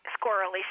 squirrely